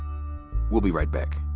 we'll be right back.